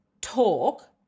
talk